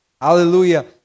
Hallelujah